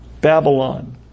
Babylon